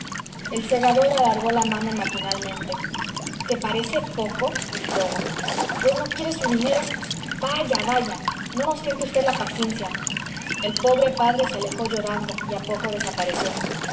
el segador alargó la mano maquinalmente te parece poco gritó uno pues no quiere su dinero vaya vaya no nos tiente v la paciencia el pobre padre se alejó llorando y a poco desapareció